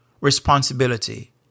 responsibility